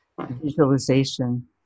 visualization